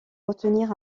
retenir